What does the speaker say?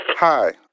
Hi